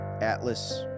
Atlas